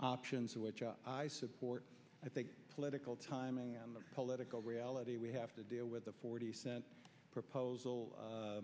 options which i support i think political timing on the political reality we have to deal with the forty cent proposal